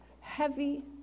heavy